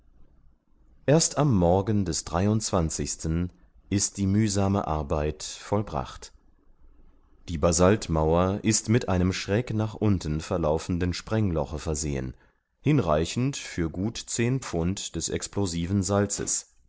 erst am morgen des ist die mühsame arbeit vollbracht die basaltmauer ist mit einem schräg nach unten verlaufenden sprengloche versehen hinreichend für gut zehn pfund des explosiven salzes